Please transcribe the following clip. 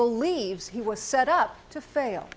believes he was set up to fail